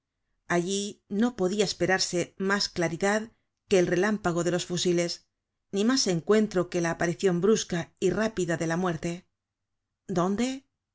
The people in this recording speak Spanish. allí no podia esperarse mas claridad que el relámpago de los fusiles ni mas encuentro que la aparicion brusca y rápida de la muerte dónde